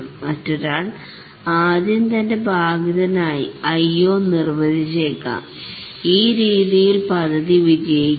മറ്റൊരാൾ ആദ്യം തൻറെ ഭാഗത്തിനായി ഐ ഓ നിർവചിച്ചേക്കാം ഈ രീതിയിൽ പദ്ധതി വിജയിക്കില്ല